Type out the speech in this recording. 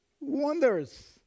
wonders